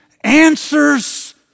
answers